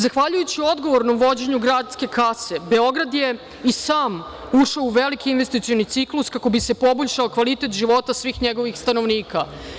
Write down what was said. Zahvaljujući odgovornom vođenju gradske kase, Beograd je i sam ušao u veliki investicioni ciklus kako bi se poboljšao kvalitet života svih njegovih stanovnika.